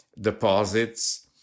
deposits